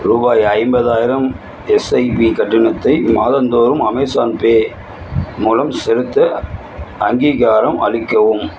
ரூபாய் ஐம்பதாயிரம் எஸ்ஐபி கட்டணத்தை மாதந்தோறும் அமேஸான் பே மூலம் செலுத்த அங்கீகாரம் அளிக்கவும்